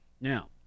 Now